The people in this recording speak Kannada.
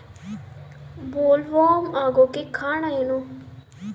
ಬೊಲ್ವರ್ಮ್ ಆಗೋಕೆ ಕಾರಣ ಏನು?